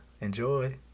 Enjoy